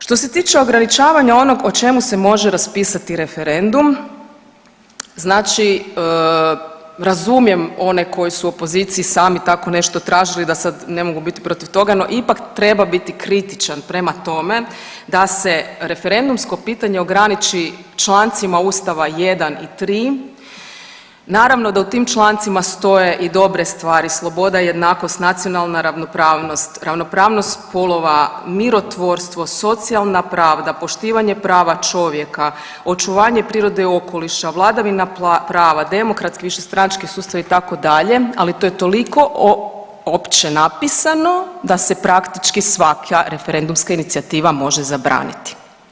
Što se tiče ograničavanja onog o čemu se može raspisati referendum, znači razumijem one koji su u opoziciji i sami tako nešto tražili da sad ne mogu biti protiv toga, no ipak treba biti kritičan prema tome da se referendumsko pitanje ograniči člancima Ustava 1. i 3. Naravno da u tim člancima stoje i dobre stvari, sloboda, jednakost, nacionalna ravnopravnost, ravnopravnost spolova, mirotvorstvo, socijalna pravda, poštivanje prava čovjeka, očuvanje prirode i okoliša, vladavina prava, demokratski višestranački sustav itd., ali to je toliko opće napisano da se praktički svaka referendumska inicijativa može zabraniti.